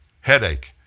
headache